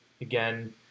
Again